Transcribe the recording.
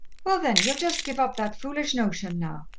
well, then, ye'll just give up that foolish notion, now.